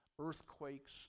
earthquakes